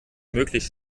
möglich